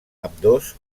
ambdós